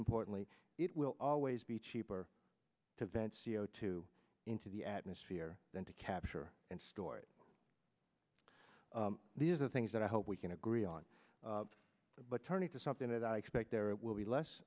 importantly it will always be cheaper to vent c o two into the atmosphere than to capture and store it these are things that i hope we can agree on but turning to something that i expect there will be less